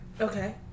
Okay